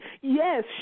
Yes